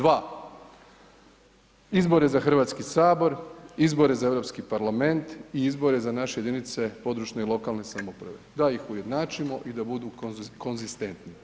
Dva, izbore za Hrvatski sabor, izbore za Europski parlament i izbore za naše jedinice područne i lokalne samouprave, da ih ujednačimo i da budu konzistentni.